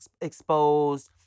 exposed